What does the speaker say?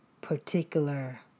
particular